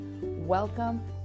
Welcome